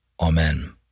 Amen